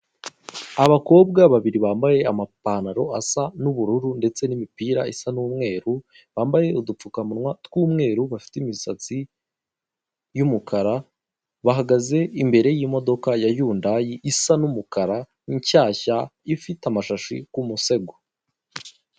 Abakobwa babiri bambaye amapantaro asa n'ubururu ndetse n'imipira isa n'umweru bambaye udupfukamunwa tw'umweru bafite imisatsi y'umukara, bahagaze imbere yimodoka ya yundayi isa n'umukara nshyashya ifite amashashi ku musego.